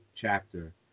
chapter